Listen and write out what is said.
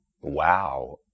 wow